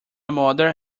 mother